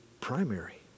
primary